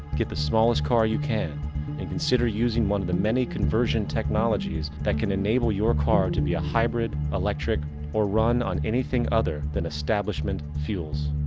get the smallest car you can and consider using one of the many conversion technologies that can enable your car to be a hybrid, electric or run on anything other than establishment fuels.